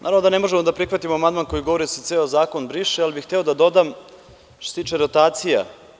Naravno da ne možemo da prihvatimo amandman koji govori da se ceo zakon briše, ali bih hteo da dodam što se tiče rotacija.